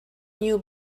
knew